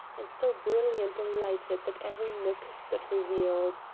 and so brilliantly lighted that every nook stood revealed.